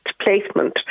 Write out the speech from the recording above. placement